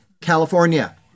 California